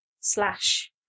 slash